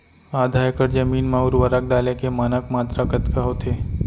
आधा एकड़ जमीन मा उर्वरक डाले के मानक मात्रा कतका होथे?